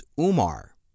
Umar